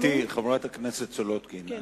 גברתי חברת הכנסת סולודקין,